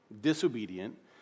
disobedient